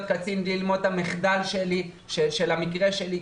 קצין בלי ללמוד את המחדל של המקרה שלי,